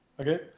okay